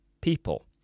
people